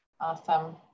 Awesome